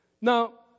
Now